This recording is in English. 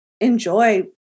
enjoy